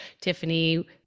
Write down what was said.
Tiffany